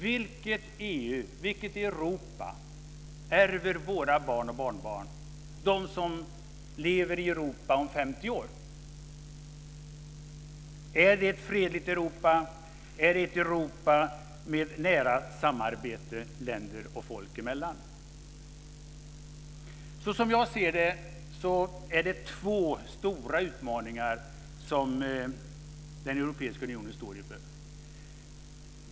Vilket EU, vilket Europa, ärver våra barn och barnbarn, de som lever i Europa om 50 år? Är det ett fredligt Europa? Är det ett Europa med nära samarbete länder och folk emellan? Såsom jag ser det är det två stora utmaningar som den europeiska unionen står inför.